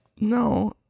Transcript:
No